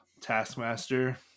Taskmaster